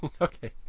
Okay